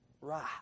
right